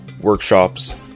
workshops